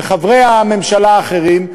וחברי הממשלה האחרים,